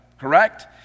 correct